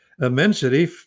immensity